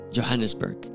Johannesburg